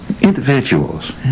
individuals